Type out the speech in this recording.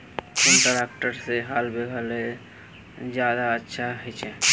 कुन ट्रैक्टर से हाल बिगहा ले ज्यादा अच्छा होचए?